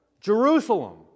Jerusalem